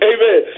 Amen